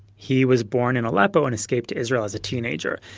he was born in aleppo and escaped to israel as a teenager.